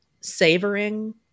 savoring